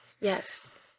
Yes